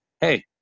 Hey